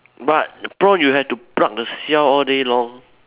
but prawn you have to pluck the shell all day long